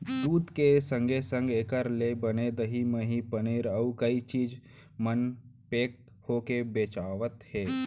दूद के संगे संग एकर ले बने दही, मही, पनीर, अउ कई चीज मन पेक होके बेचावत हें